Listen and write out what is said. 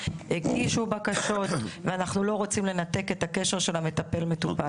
הגישו בקשות ואנחנו לא רוצים לנתק את הקשר של מטפל-מטופל.